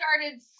started